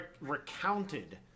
recounted